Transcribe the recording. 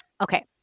Okay